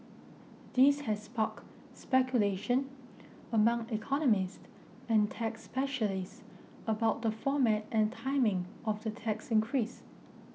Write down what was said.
this has sparked speculation among economists and tax specialists about the format and timing of the tax increase